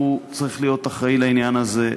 הוא צריך להיות אחראי לעניין הזה.